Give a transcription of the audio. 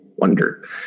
wonder